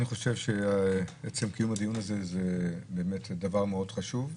אני חושב שעצם קיום הדיון הזה הוא דבר מאוד חשוב,